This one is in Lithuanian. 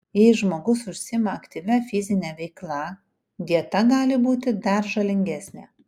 jei žmogus užsiima aktyvia fizine veikla dieta gali būti dar žalingesnė